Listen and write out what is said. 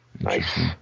Nice